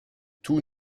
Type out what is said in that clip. tout